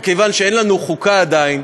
כיוון שאין לנו חוקה עדיין,